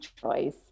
choice